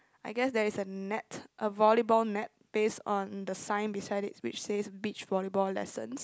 I guess there is a net a volleyball net base on the sign beside it which states beach volleyball lessons